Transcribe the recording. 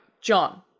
John